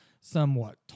somewhat